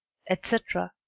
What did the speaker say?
etc.